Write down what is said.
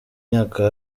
myaka